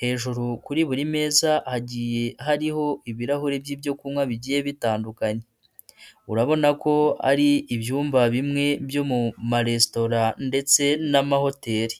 hejuru kuri buri meza hagiye hariho ibirahuri by'ibyo kunywa bigiye bitandukanye, urabona ko ari ibyumba bimwe byo mu maresitora ndetse n'amahoteli.